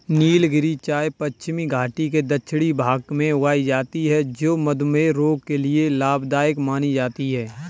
नीलगिरी चाय पश्चिमी घाटी के दक्षिणी भाग में उगाई जाती है जो मधुमेह रोग के लिए लाभदायक मानी जाती है